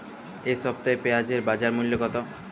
এ সপ্তাহে পেঁয়াজের বাজার মূল্য কত?